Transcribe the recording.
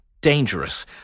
dangerous